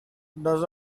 does